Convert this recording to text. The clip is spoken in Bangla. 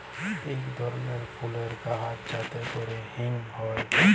ইক ধরলের ফুলের গাহাচ যাতে ক্যরে হিং হ্যয়